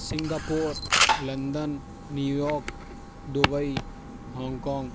Singapore London New York Dubai Hong Kong